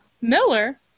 Miller